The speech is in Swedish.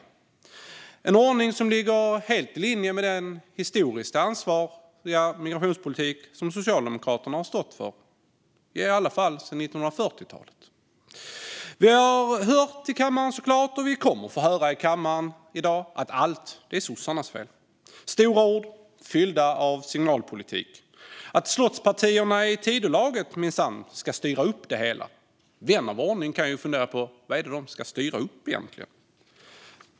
Det är en ordning som ligger helt i linje med den migrationspolitik som Socialdemokraterna historiskt har stått för, i alla fall sedan 1940-talet. Vi har såklart hört i kammaren, och vi kommer att få höra i dag, att allt är sossarnas fel. Det är stora ord fyllda med signalpolitik om att slottspartierna i Tidölaget minsann ska styra upp det hela. Vän av ordning kan fundera på vad det är som de ska styra upp egentligen.